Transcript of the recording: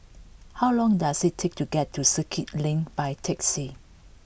how long does it take to get to Circuit Link by taxi